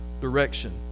direction